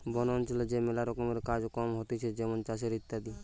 বন অঞ্চলে যে ম্যালা রকমের কাজ কম হতিছে যেমন চাষের ইত্যাদি